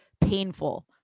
painful